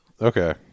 Okay